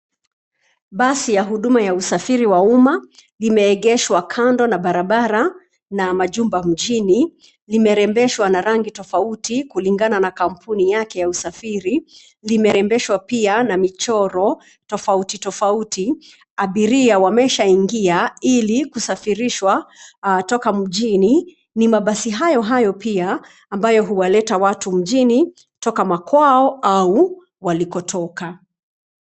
Tembo mdogo anaonekana akijipulizia mchanga kwa kutumia mkonga wake labda kujikinga na jua au wadudu. Ngozi yake ina rangi ya udongo kutokana na mchanga. Watu wawili wameonekana kwa mbali wakiwa wamesimama karibu na eneo hilo. Hii inaweza kuwa katika hifadhi ya wanyama au kituo cha kuokoa wanyama.